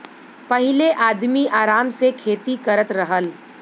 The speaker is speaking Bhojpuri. पहिले आदमी आराम से खेती करत रहल